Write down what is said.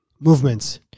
movements